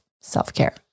self-care